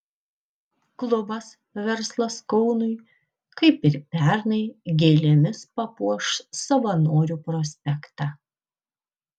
klubas verslas kaunui kaip ir pernai gėlėmis papuoš savanorių prospektą